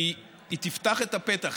כי היא תפתח את הפתח,